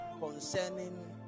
concerning